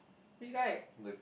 this guy